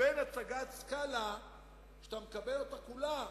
לבין הצגת סקאלה שאתה מקבל אותה כולה.